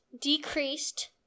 decreased